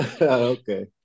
Okay